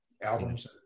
Albums